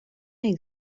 est